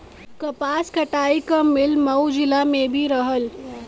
कपास कटाई क मिल मऊ जिला में भी रहल